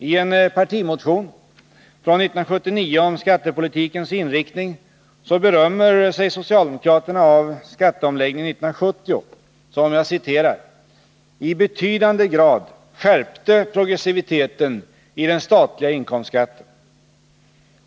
I en partimotion från 1979 om skattepolitikens inriktning berömmer sig socialdemokraterna av skatteomläggningen 1970, som ”i betydande grad skärpte progressiviteten i den statliga inkomstskatten”.